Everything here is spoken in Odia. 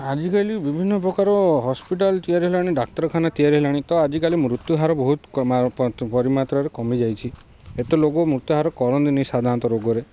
ଆଜିକାଲି ବିଭିନ୍ନ ପ୍ରକାର ହସ୍ପିଟାଲ ତିଆରି ହେଲାଣି ଡାକ୍ତରଖାନା ତିଆରି ହେଲାଣି ତ ଆଜିକାଲି ମୃତ୍ୟୁ ହାର ବହୁତ ପରିମାତ୍ରାରେ କମିଯାଇଛି ଏତେ ଲୋକ ମୃତ୍ୟୁ ଆାର କରନ୍ତିନି ସାଧାରଣତଃ ରୋଗରେ